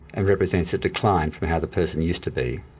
and represents a decline from how the person used to be.